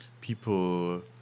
people